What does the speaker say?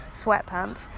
sweatpants